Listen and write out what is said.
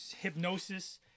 hypnosis